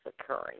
occurring